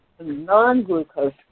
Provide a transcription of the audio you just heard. non-glucose